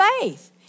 faith